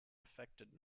affected